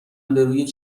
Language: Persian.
بروی